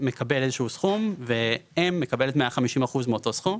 מקבל איזה שהוא סכום והאם מקבלת כ-150% מאותו הסכום.